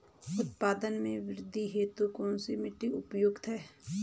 उत्पादन में वृद्धि हेतु कौन सी मिट्टी उपयुक्त है?